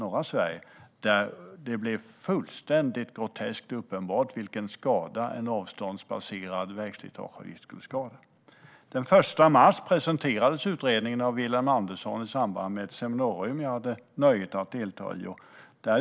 Där blev det fullständigt groteskt uppenbart vilken skada en avståndsbaserad vägslitageavgift skulle göra. Den 1 mars presenterades utredningen av Vilhelm Andersson i samband med ett seminarium, som jag hade nöjet att delta vid.